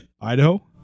Idaho